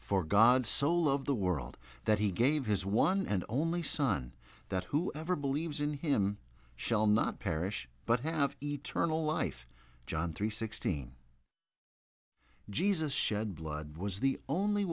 for god so loved the world that he gave his one and only son that whoever believes in him shall not perish but have eternal life john three sixteen jesus shed blood was the only